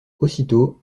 aussitôt